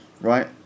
right